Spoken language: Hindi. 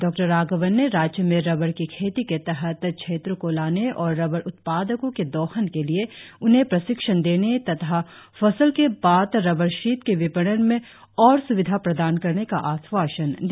डॉ राघवन ने राज्य में रबर की खेती के तहत क्षेत्रो को लाने और रबर उत्पादको के दोहन के लिए उन्हे प्रशिक्षण देने तथा फसल के बाद रबर शीट के विपणन में और स्विधा प्रदान करने का आश्वासन दिया